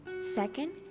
Second